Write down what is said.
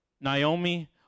Naomi